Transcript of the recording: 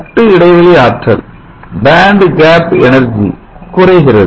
கட்டு இடைவெளி ஆற்றல் குறைகிறது